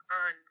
on